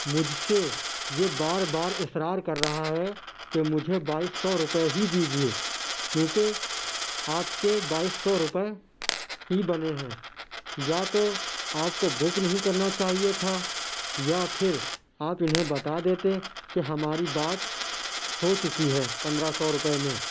مجھ سے یہ بار بار اِسرار کر رہا ہے کہ مجھے بائیس سو روپے ہی دیجیے کیوں کہ آپ کے بائیس سو روپے ہی بنے ہیں یا تو آپ کو بک نہیں کرنا چاہیے تھا یا پھر آپ اِنہیں بتا دیتے کہ ہماری بات ہو چُکی ہے پندرہ سو روپے میں